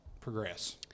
progress